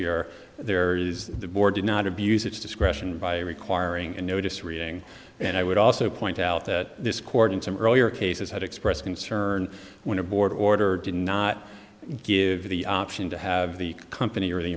here there is the board did not abuse its discretion by requiring a notice reading and i would also point out that this court in some earlier cases had expressed concern when a board order did not give the option to have the company or the